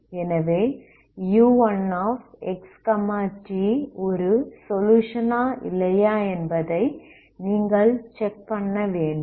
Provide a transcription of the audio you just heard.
எனவே u1xt ஒரு solution ஆ இல்லையா என்பதை நீங்கள் செக் பண்ண வேண்டும்